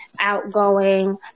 outgoing